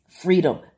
freedom